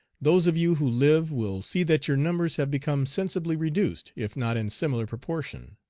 those of you who live will see that your numbers have become sensibly reduced, if not in similar proportion.